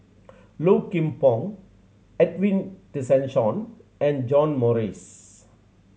Low Kim Pong Edwin Tessensohn and John Morrice